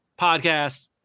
Podcast